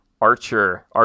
Archer